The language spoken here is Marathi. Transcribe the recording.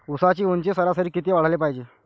ऊसाची ऊंची सरासरी किती वाढाले पायजे?